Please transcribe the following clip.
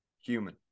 human